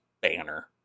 banner